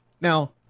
Now